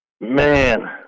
Man